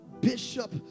bishop